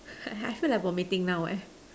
I I feel like vomiting now eh